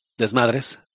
desmadres